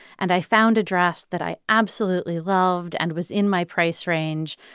and i found a dress that i absolutely loved and was in my price range.